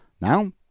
Now